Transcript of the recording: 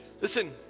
Listen